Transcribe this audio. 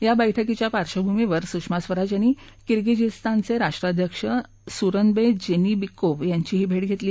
या बैठकीच्या पार्श्वभूमीवर सुषमा स्वराज यांनी किर्गीझीस्तानच जिष्ट्राध्यक्ष सूरनबजिष्टिबिकोव्ह यांचीही भर्धाघळी